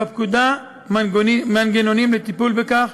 בפקודה מנגנונים לטיפול בכך,